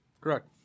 Correct